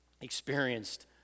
experienced